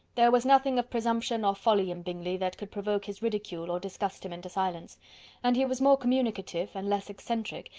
there was nothing of presumption or folly in bingley that could provoke his ridicule, or disgust him into silence and he was more communicative, and less eccentric,